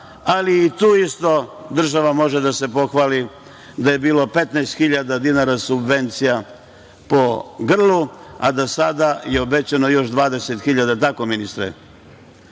ali i tu isto država može da se pohvali da je bilo 15 hiljada dinara subvencija po grlu, a da sada je obećano još 20 hiljada, da li je